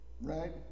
right